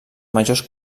majors